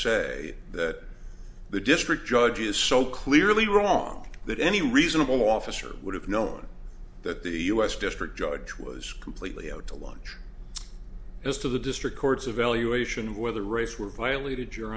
say that the district judge is so clearly wrong that any reasonable officer would have known that the u s district judge was completely out to lunch as to the district court's evaluation whether race were violated your